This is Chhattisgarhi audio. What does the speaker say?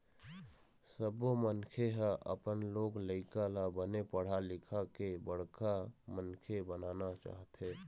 सब्बो मनखे ह अपन लोग लइका ल बने पढ़ा लिखा के बड़का मनखे बनाना चाहथे